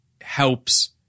helps